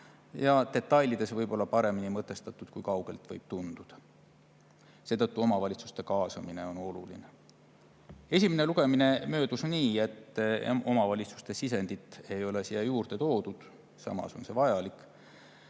ja detailides võib-olla mõtestatud paremini, kui kaugelt võib tunduda. Seetõttu on omavalitsuste kaasamine oluline. Esimene lugemine möödus nii, et omavalitsuste sisendit siia juurde ei toodud, samas on see vajalik,